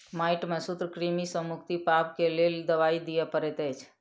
माइट में सूत्रकृमि सॅ मुक्ति पाबअ के लेल दवाई दियअ पड़ैत अछि